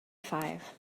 five